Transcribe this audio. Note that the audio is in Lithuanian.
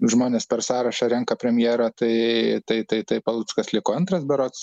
žmonės per sąrašą renka premjerą tai tai tai tai paluckas liko antras berods